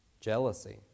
jealousy